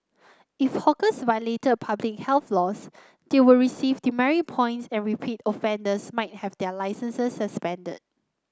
if hawkers violated public health laws they will receive demerit points and repeat offenders might have their licences suspended